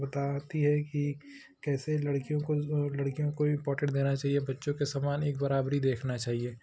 बताती है कि कैसे लड़कियों को और लड़कियों को इम्पॉर्टेन्ट देना चाहिए बच्चों के समान एक बराबरी देखना चाहिए